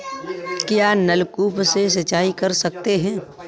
क्या नलकूप से सिंचाई कर सकते हैं?